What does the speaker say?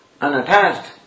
unattached